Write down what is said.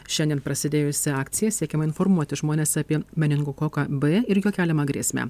šiandien prasidėjusia akcija siekiama informuoti žmones apie meningokoką b ir jo keliamą grėsmę